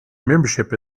membership